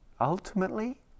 Ultimately